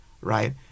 right